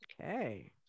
Okay